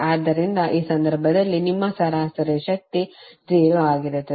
ಆದ್ದರಿಂದ ಈ ಸಂದರ್ಭದಲ್ಲಿ ನಿಮ್ಮ ಸರಾಸರಿ ಶಕ್ತಿ 0 ಆಗಿರುತ್ತದೆ